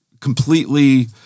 completely